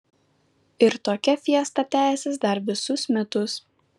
ir tokia fiesta tęsis dar visus metus